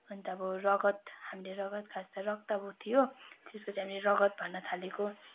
अन्त अब रगत हामीले रगत खास गरेर रक्त पो थियो त्यस पछाडि रगत भन्न थालेको